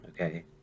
okay